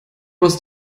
was